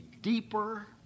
deeper